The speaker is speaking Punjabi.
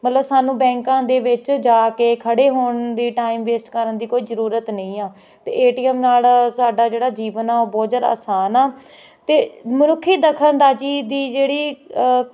ਮਤਲਬ ਸਾਨੂੰ ਬੈਂਕਾਂ ਦੇ ਵਿੱਚ ਜਾ ਕੇ ਖੜੇ ਹੋਣ ਦੀ ਟਾਈਮ ਵੇਸਟ ਕਰਨ ਦੀ ਕੋਈ ਜ਼ਰੂਰਤ ਨਹੀਂ ਆ ਅਤੇ ਏ ਟੀ ਐਮ ਨਾਲ ਸਾਡਾ ਜਿਹੜਾ ਜੀਵਨ ਆ ਉਹ ਬਹੁਤ ਜ਼ਿਆਦਾ ਆਸਾਨ ਆ ਅਤੇ ਮਨੁੱਖੀ ਦਖ਼ਲ ਅੰਦਾਜੀ ਦੀ ਜਿਹੜੀ